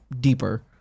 deeper